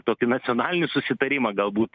tokį nacionalinį susitarimą galbūt